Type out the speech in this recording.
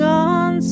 on